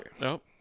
nope